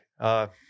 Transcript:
okay